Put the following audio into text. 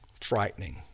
Frightening